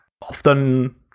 often